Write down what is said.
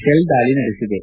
ತೆಲ್ ದಾಳಿ ನಡೆಸಿವೆ